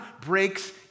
breaks